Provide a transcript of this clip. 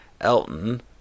Elton